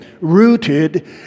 rooted